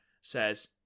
says